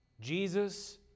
Jesus